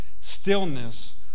stillness